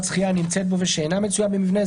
שחייה הנמצאת בו ושאינה מצויה במבנה".